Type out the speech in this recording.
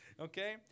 Okay